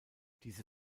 diese